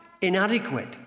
inadequate